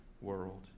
world